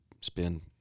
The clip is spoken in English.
spend